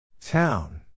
Town